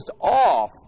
off